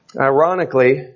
Ironically